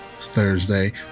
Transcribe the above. Thursday